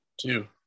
two